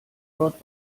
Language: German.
dort